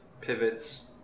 pivots